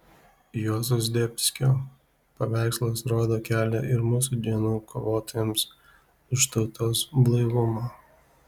juozo zdebskio paveikslas rodo kelią ir mūsų dienų kovotojams už tautos blaivumą